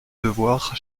devoirs